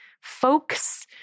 folks